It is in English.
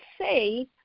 say